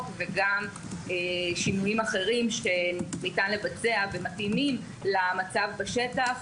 וגם שינויים אחרים שניתן לבצע ומתאימים למצב בשטח